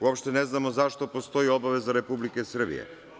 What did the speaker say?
Uopšte ne znamo zašto postoji obaveza Republike Srbije.